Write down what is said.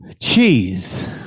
Cheese